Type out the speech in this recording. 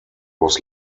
was